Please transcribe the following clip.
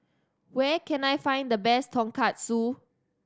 where can I find the best Tonkatsu